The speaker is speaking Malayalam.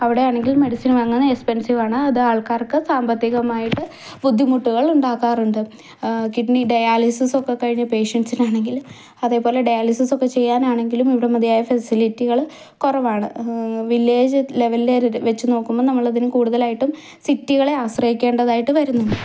അവിടെയാണെങ്കിൽ മെഡിസിൻ വാങ്ങാൻ എക്സ്പെൻസീവ് ആണ് അത് ആൾക്കാർക്ക് സാമ്പത്തികമായിട്ട് ബുദ്ധിമുട്ടുകൾ ഉണ്ടാക്കാറുണ്ട് കിഡ്നി ഡയാലിസിസ് ഒക്കെ കഴിഞ്ഞ പേഷ്യൻറ്സിന് ആണെങ്കിൽ അതേപോലെ ഡയാലിസിസ് ഒക്കെ ചെയ്യാനാണെങ്കിലും ഇവിടെ മതിയായ ഫെസിലിറ്റികൾ കുറവാണ് വില്ലേജ് ലെവൽ വെച്ച് നോക്കുമ്പോൾ നമുക്ക് അതിന് കൂടുതലായിട്ടും സിറ്റികളെ ആശ്രയിക്കേണ്ടതായിട്ട് വരുന്നുണ്ട്